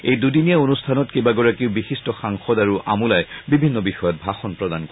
এই দুদিনীয়া অনুষ্ঠানত কেইবাগৰাকী বিশিষ্ট সাংসদ আৰু আমোলাই বিভিন্ন বিষয়ত ভাষণ প্ৰদান কৰিব